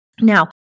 Now